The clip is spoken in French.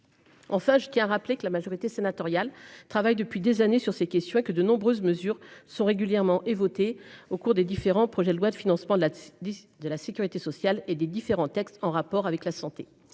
En face, qui a rappelé que la majorité sénatoriale travaille depuis des années sur ces questions et que de nombreuses mesures sont régulièrement et voté au cours des différents projets de loi de financement de la. De la sécurité sociale et des différents textes en rapport avec la santé,